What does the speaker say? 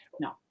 No